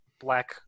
black